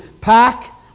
pack